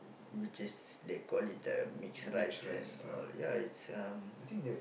which is they call it uh mix rice and all ya it's um